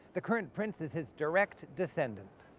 the current prince is his direct descendant.